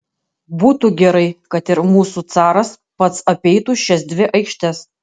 būtų gerai kad ir mūsų caras pats apeitų šias dvi aikštes